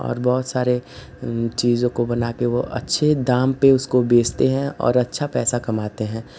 और बहुत सारे चीज़ों को बना कर वो अच्छे दाम पर उसको बेचते हैं और अच्छा पैसा कमाते हैं